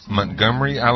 Montgomery